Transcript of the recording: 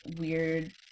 weird